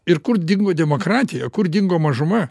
ir kur dingo demokratija kur dingo mažuma